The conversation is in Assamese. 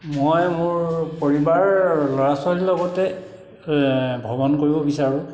মই মোৰ পৰিবাৰ ল'ৰা ছোৱালীৰ লগতে ভ্ৰমণ কৰিব বিচাৰোঁ